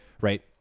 Right